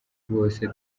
bose